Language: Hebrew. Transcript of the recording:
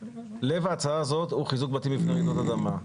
לב ההצעה הזאת הוא חיזוק בתים בפני רעידות אדמה.